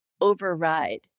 override